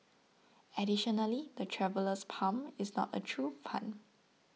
additionally the Traveller's Palm is not a true palm